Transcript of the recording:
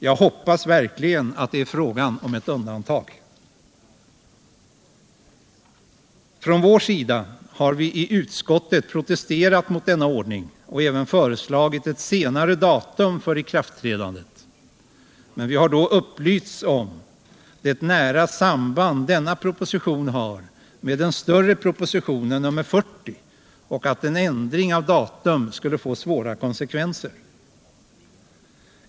Jag hoppas verkligen att det är fråga om ett undantag. Från vår sida har vi i utskottet protesterat mot denna ordning och även föreslagit ett senare datum för ikraftträdandet, men vi har då upplysts om det nära samband denna proposition har med den större propositionen nr 40 och att en ändring av datum skulle få svåra konsekvenser.